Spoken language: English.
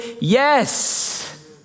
Yes